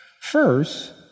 First